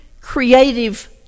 creative